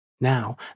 Now